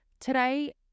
today